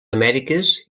amèriques